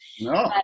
No